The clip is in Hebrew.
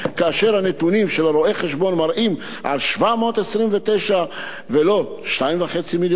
כאשר הנתונים של רואה-החשבון מראים על 729,000 ולא 2.5 מיליון?